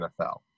nfl